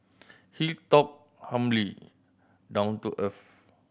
he talked humbly down to earth